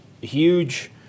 huge